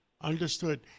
Understood